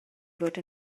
fod